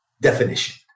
definition